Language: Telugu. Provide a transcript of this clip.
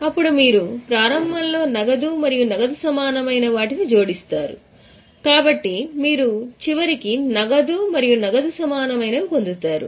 అప్పుడు మీరు ప్రారంభంలో నగదు మరియు నగదు సమానమైన వాటిని జోడిస్తారు కాబట్టి మీరు చివరికి నగదు మరియు నగదు సమానమైనవి పొందుతారు